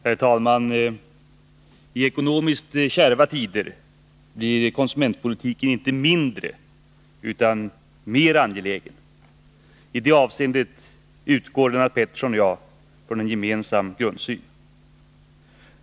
Herr talman! I ekonomiskt kärva tider blir konsumentpolitiken inte mindre utan mer angelägen. I det avseendet utgår Lennart Pettersson och jag från en gemensam grundsyn.